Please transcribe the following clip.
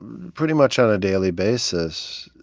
pretty much on a daily basis,